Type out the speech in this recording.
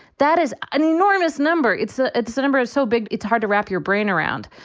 that is an enormous number. it's ah it's the number is so big. it's hard to wrap your brain around.